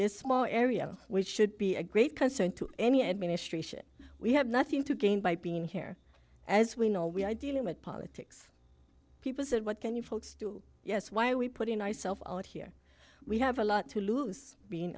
this small area which should be a great concern to any administration we have nothing to gain by being here as we know we are dealing with politics people said what can you folks do yes why we put a nice self out here we have a lot to lose being